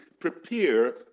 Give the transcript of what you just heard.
prepare